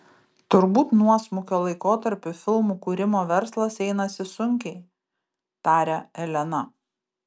turbūt nuosmukio laikotarpiu filmų kūrimo verslas einasi sunkiai taria elena